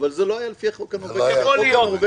זה לא היה לפי החוק הנורווגי --- יכול להיות.